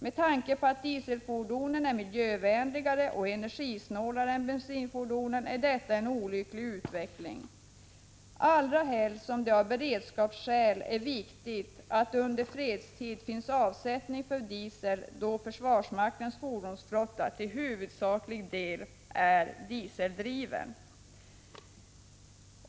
Med tanke på att dieselfordonen är mer miljövänliga och energisnåla än bensinfordonen är detta en olycklig utveckling, allra helst som det av beredskapsskäl är viktigt att det i fredstid finns avsättning för diesel, då försvarsmaktens fordonsflotta till huvudsaklig del är dieseldriven.